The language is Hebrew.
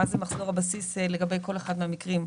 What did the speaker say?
מה זה מחזור בסיס לגבי כל אחד מהמקרים,